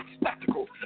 spectacle